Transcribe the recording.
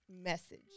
message